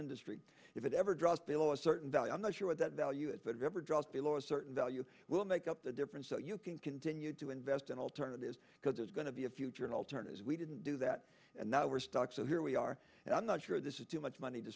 industry if it ever drops below a certain value i'm not sure what that value is the driver just below a certain value will make up the difference so you can continue to invest in alternatives because there's going to be a future in alternatives we didn't do that and now we're stuck so here we are and i'm not sure this is too much money to